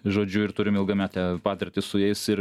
žodžiu ir turim ilgametę patirtį su jais ir